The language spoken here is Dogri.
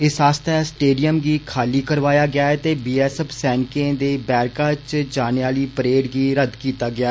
इस आस्तै स्टेडियम गी खाली करवाया गेआ ऐ ते बी एस एफ सैनिकें दे बैरका च जाने आहली परेड गी रद्द कीता गेआ